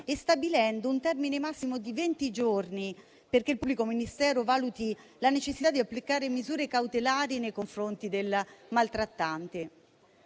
stabilendo un termine massimo di venti giorni perché il pubblico ministero valuti la necessità di applicare misure cautelari nei confronti del maltrattante.